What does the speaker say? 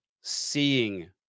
seeing